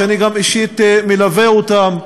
שגם אני אישית מלווה אותם,